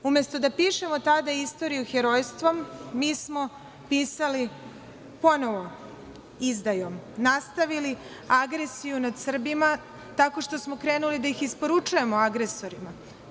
Umesto da pišemo tada istoriju herojstva, mi smo pisali ponovo izdajom, nastavili agresiju nad Srbima tako što smo krenuli da ih isporučujemo agresorima.